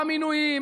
במינויים,